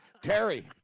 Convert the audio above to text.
Terry